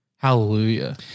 Hallelujah